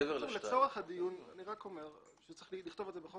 צריך לכתוב בחוק